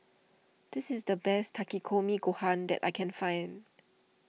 this is the best Takikomi Gohan that I can find